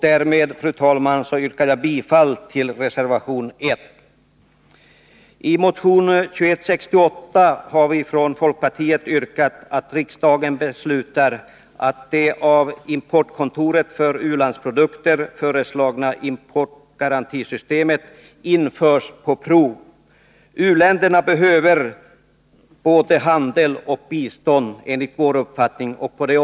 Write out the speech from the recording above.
Därmed, fru talman, yrkar jag bifall till reservation 1; I motion 2168 har vi från folkpartiet yrkat att riksdagen beslutar att det av importkontoret för u-landsprodukter föreslagna importgarantisystemet införs på prov. U-länderna behöver enligt vår mening både handel och bistånd.